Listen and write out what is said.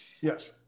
Yes